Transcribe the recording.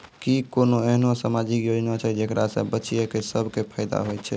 कि कोनो एहनो समाजिक योजना छै जेकरा से बचिया सभ के फायदा होय छै?